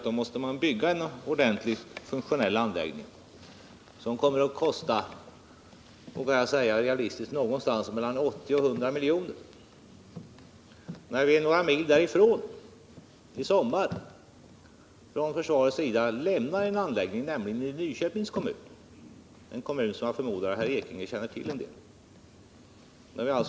Då måste en ordentlig och funktionell anläggning byggas, som kommer att kosta, vågar jag säga, mellan 80 och 100 miljoner. Det är inte realistiskt när försvaret några mil därifrån i sommar lämnar en annan anläggning, nämligen i Nyköpings kommun — en kommun som jag förmodar att Bernt Ekinge känner rätt väl till.